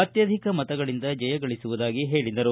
ಅತ್ಯಧಿಕ ಮತಗಳಿಂದ ಜಯಗಳಿಸುವುದಾಗಿ ಹೇಳಿದರು